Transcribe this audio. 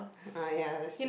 ah ya that's true